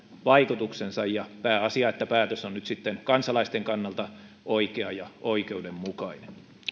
vaikutuksensa pääasia että päätös on nyt kansalaisten kannalta oikea ja oikeudenmukainen